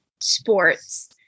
sports